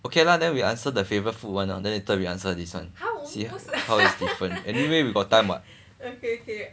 okay lah then we answer the favourite food one lor then later we answer this one see how is different anyway we got time what